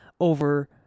over